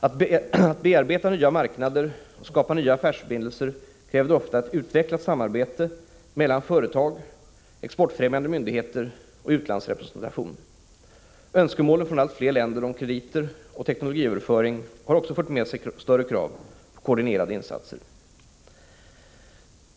Att bearbeta nya marknader och skapa nya affärsförbindelser kräver ofta ett utvecklat samarbete mellan företag, exportfrämjande myndigheter och utlandsrepresentation. Önskemålen från allt fler länder om krediter och teknologiöverföring har också fört med sig större krav på koordinerade insatser.